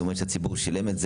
זאת אומרת שהציבור שילם את זה.